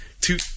two